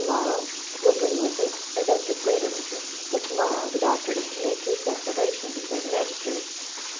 to-morrow will bring with it events of greater interest, for to-morrow the doctor is to make his declaration before the magistrate,